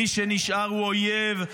מי שנשאר הוא אויב,